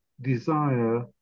desire